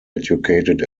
educated